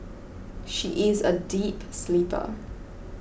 she is a deep sleeper